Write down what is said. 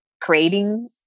creating